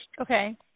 Okay